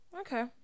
Okay